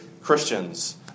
Christians